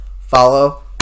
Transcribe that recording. follow